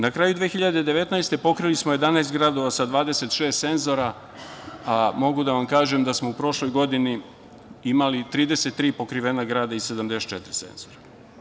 Na kraju 2019. godine pokrili smo 11 gradova sa 26 senzora, a mogu da vam kažem da smo u prošloj godini imali 33 pokrivena grada i 74 senzora.